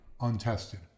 untested